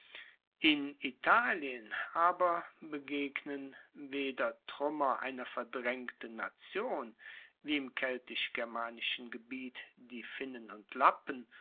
in italien aber begegnen weder truemmer einer verdraengten nation wie im keltisch germanischen gebiet die finnen und lappen